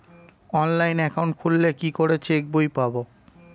Online account খুললে কি করে চেক বই পাব?